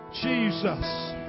Jesus